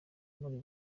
muri